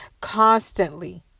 constantly